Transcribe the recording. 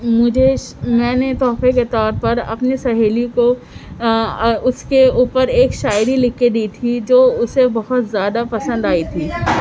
مجھے میں نے تحفے کے طور پر اپنی سہیلی کو اُس کے اُوپر ایک شاعری لِکھ کے دی تھی جو اُسے بہت زیادہ پسند آئی تھی